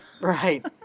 Right